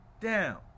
down